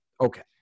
okay